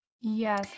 Yes